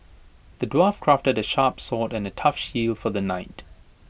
the dwarf crafted A sharp sword and A tough shield for the knight